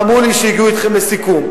ואמרו לי שהגיעו אתכם לסיכום,